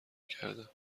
کردم